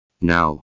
Now